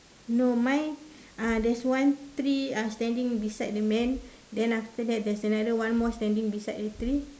no mine uh there's one tree uh standing beside the man then after that there is another one more standing beside the tree